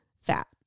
fat